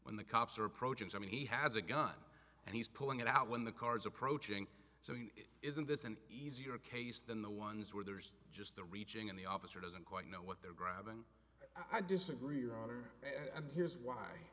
when the cops are approaching i mean he has a gun and he's pulling it out when the car's approaching so isn't this an easier case than the ones where there's just the reaching and the officer doesn't quite know what they're grabbing i disagree your honor and here's why